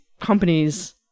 companies